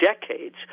decades